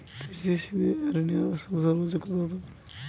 কৃষিঋণের সুদ সর্বোচ্চ কত হতে পারে?